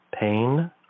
pain